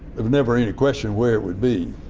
never any question where it would be.